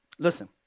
Listen